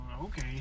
okay